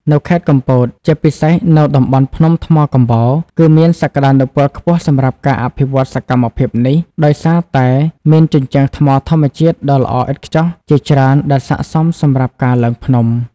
នៅខេត្តកំពត ជាពិសេសនៅតំបន់ភ្នំថ្មកំបោរ គឺមានសក្ដានុពលខ្ពស់សម្រាប់ការអភិវឌ្ឍសកម្មភាពនេះ ដោយសារតែមានជញ្ជាំងថ្មធម្មជាតិដ៏ល្អឥតខ្ចោះជាច្រើនដែលស័ក្ដិសមសម្រាប់ការឡើងភ្នំ។